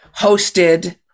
hosted